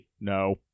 No